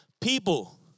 people